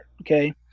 okay